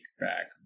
back